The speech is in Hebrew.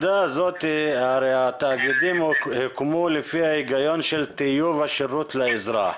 הרי התאגידים הוקמו לפי ההיגיון של טיוב השירות לאזרח.